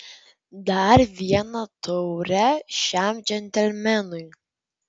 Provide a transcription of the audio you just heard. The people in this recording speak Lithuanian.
dar vieną taurę šiam džentelmenui